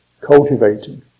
cultivating